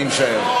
אני משער.